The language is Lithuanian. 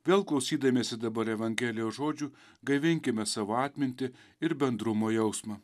vėl klausydamiesi dabar evangelijos žodžių gaivinkime savo atmintį ir bendrumo jausmą